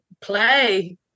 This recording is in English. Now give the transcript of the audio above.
play